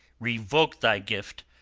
revoke thy gift,